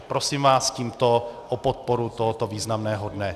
Prosím vás tímto o podporu tohoto významného dne.